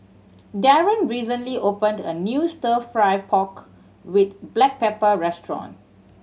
Darron recently opened a new Stir Fry pork with black pepper restaurant